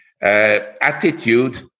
attitude